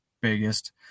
biggest